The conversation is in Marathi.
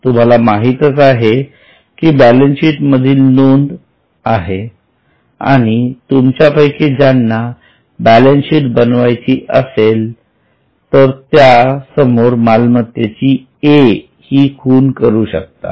तुम्हाला माहीतच आहे कि हि बॅलन्सशीट मधील नोंद आहे आणि तुमच्यापैकी ज्यांना बॅलन्सशीट बनवायची असेल तर त्या समोर मालमत्तेची A हि खूण करू शकता